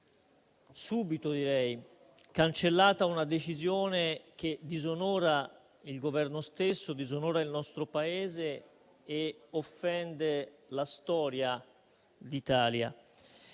subito cancellata una decisione che disonora il Governo stesso, il nostro Paese e offende la storia d'Italia.